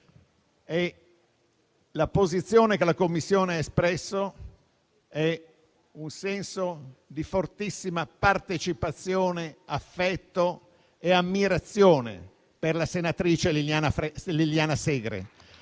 La posizione che la Commissione ha espresso è un senso di fortissima partecipazione, affetto e ammirazione per la senatrice Liliana Segre